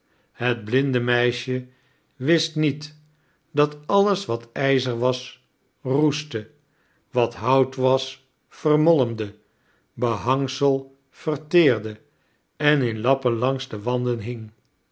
het blinde meisje wist niet dat alles wat ijzer was roestte wat hout was vermolmde behangsel verteerde en in lappen langs de wanden hing